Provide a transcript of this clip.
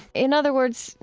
in other words,